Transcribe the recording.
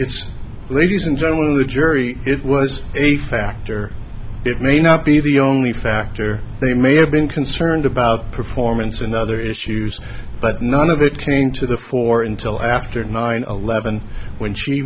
it's ladies and gentlemen of the jury it was a factor it may not be the only factor they may have been concerned about performance and other issues but none of it came to the fore until after nine eleven when she